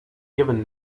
given